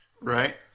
Right